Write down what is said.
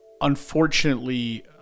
unfortunately